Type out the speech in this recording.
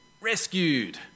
rescued